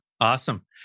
awesome